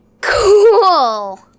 Cool